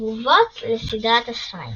תגובות לסדרת הספרים